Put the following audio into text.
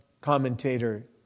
commentator